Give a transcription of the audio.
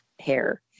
hair